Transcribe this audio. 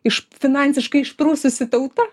iš finansiškai išprususi tauta